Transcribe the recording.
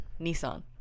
Nissan